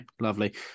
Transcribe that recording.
lovely